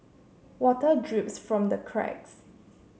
water drips from the cracks